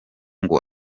ngo